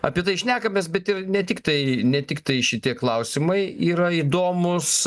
apie tai šnekamės bet ir ne tiktai ne tiktai šitie klausimai yra įdomūs